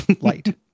light